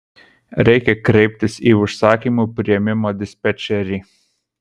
reikia kreiptis į užsakymų priėmimo dispečerį